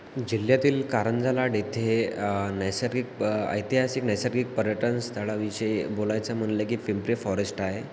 जिल्ह्यातील कारंजा लाड येथे नैसर्गिक ऐतिहासिक नैसर्गिक पर्यटनस्थळाविषयी बोलायचं म्हटलं की पिंपरी फॉरेस्ट आहे